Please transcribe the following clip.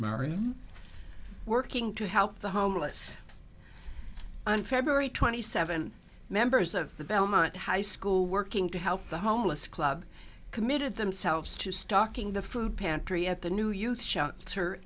marian working to help the homeless on february twenty seventh members of the belmont high school working to help the homeless club committed themselves to stocking the food pantry at the new youth sh